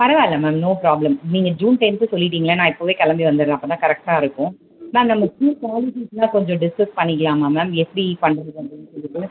பரவாயில்லை ma'am no problem நீங்கள் June tenth சொல்லிவிட்டீங்களே நான் இப்போவே கிளம்பி வந்துடுறேன் அப்போ தான் கரெக்டாக இருக்கும் மேம் நம்ம ஸ்கூல் பாலிசிஸெலாம் கொஞ்சம் டிஸ்கஸ் பண்ணிக்கலாமா மேம் எப்படி பண்ணுறது அப்படின்னு சொல்லிட்டு